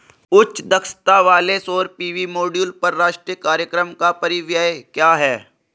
उच्च दक्षता वाले सौर पी.वी मॉड्यूल पर राष्ट्रीय कार्यक्रम का परिव्यय क्या है?